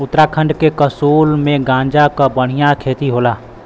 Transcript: उत्तराखंड के कसोल में गांजा क बढ़िया खेती होला